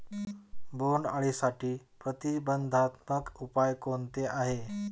बोंडअळीसाठी प्रतिबंधात्मक उपाय कोणते आहेत?